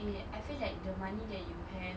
eh I feel that the money that you have